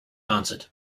answered